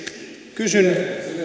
kysyn